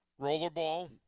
Rollerball